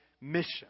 mission